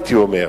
הייתי אומר,